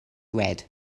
red